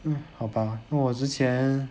um 好吧换我之前